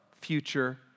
future